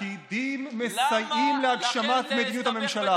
הפקידים מסייעים להגשמת מדיניות הממשלה.